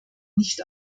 nicht